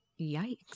Yikes